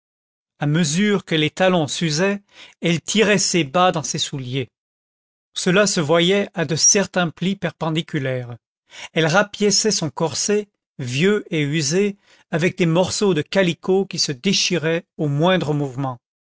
à mesure que les talons s'usaient elle tirait ses bas dans ses souliers cela se voyait à de certains plis perpendiculaires elle rapiéçait son corset vieux et usé avec des morceaux de calicot qui se déchiraient au moindre mouvement